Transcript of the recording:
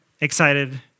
excited